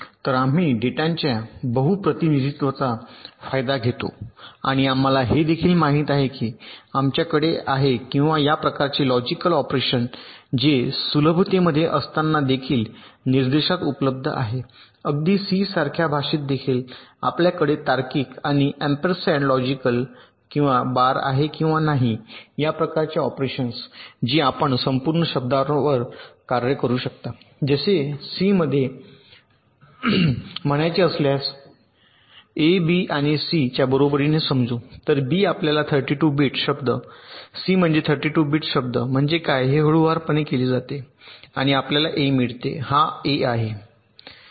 तर आम्ही डेटाच्या बहु प्रतिनिधित्वाचा फायदा घेतो आणि आम्हाला हे देखील माहित आहे की आमच्याकडे आहे आणि किंवा या प्रकारचे लॉजिकल ऑपरेशन जे सुलभतेमध्ये असताना देखील निर्देशात उपलब्ध आहेत अगदी सी सारख्या भाषेतदेखील आपल्याकडे तार्किक आणि एम्परसँड लॉजिकल किंवा बार आहे किंवा नाही या प्रकारच्या ऑपरेशन्स जी आपण संपूर्ण शब्दावर कार्य करू शकता जसे सी मध्ये म्हणायचे असल्यास a b आणि c च्या बरोबरीने समजू तर b आपल्याला 32 बिट शब्द c म्हणजे 32 बिट शब्द म्हणजे काय हे हळूवारपणे केले जाते आणि आपल्याला A मिळते हा ए आहे